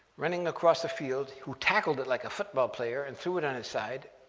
running across the field, who tackled it like a football player and threw it on its side,